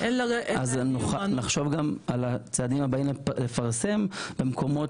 אז נחשוב על הצעדים הבאים לפרסם במקומות